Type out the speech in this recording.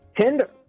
tinder